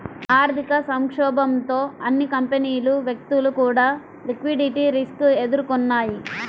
ఆర్థిక సంక్షోభంతో అన్ని కంపెనీలు, వ్యక్తులు కూడా లిక్విడిటీ రిస్క్ ఎదుర్కొన్నయ్యి